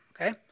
okay